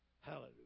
Hallelujah